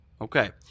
Okay